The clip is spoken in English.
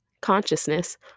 consciousness